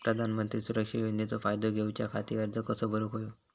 प्रधानमंत्री सुरक्षा योजनेचो फायदो घेऊच्या खाती अर्ज कसो भरुक होयो?